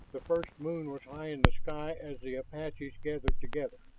the first moon was high in the sky as the apaches gathered together.